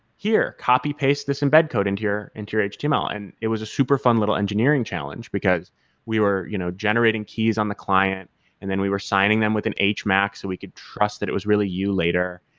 here, copy-paste this embed code into your into your enter html, and it was a superfund little engineering challenge because we were you know generating keys on the client and then we were signing them with an hmac so we could trust that it was really you later,